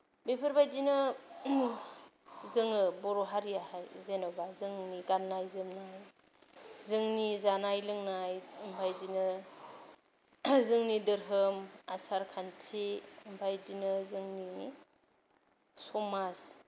बेफोरबायदिनो जोङो बर' हारियाहाय जेनबा जोंनि गाननाय जोमनाय जोंनि जानाय लोंनाय ओमफाय इदिनो जोंनि दोरहोम आसार खान्थि ओमफाय इदिनो जोंनि समाज